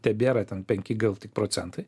tebėra ten penki gal tik procentai